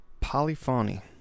Polyphony